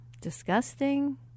disgusting